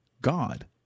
God